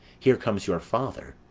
here comes your father.